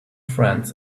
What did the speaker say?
friends